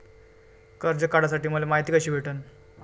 कर्ज काढासाठी मले मायती कशी भेटन?